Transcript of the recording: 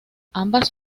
ambas